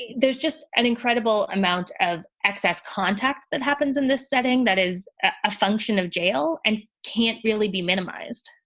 there's just an incredible amount of excess contact that happens in this setting that is a function of jail and can't really be minimized